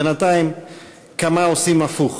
בינתיים כמה עושים הפוך.